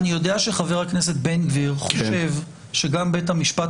אני יודע שחבר הכנסת בן גביר חושב שגם בית המשפט